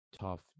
tough